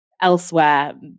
elsewhere